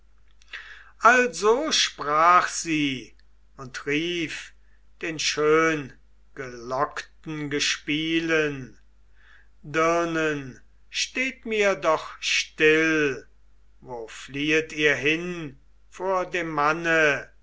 also sprach sie und rief den schöngelockten gespielen dirnen steht mir doch still wo fliehet ihr hin vor dem manne